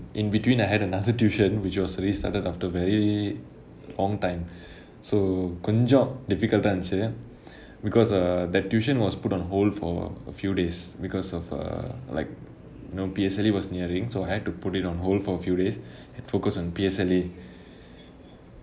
in between I had another tuition which was restarted after very long time so கொஞ்சம்:konjam difficult ah இருந்துச்சு:irunthuchu because err that tuition was put on hold for a few days because of err like you know P_S_L_E was nearing so I had to put it on hold for a few days and focus on P_S_L_E